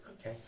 Okay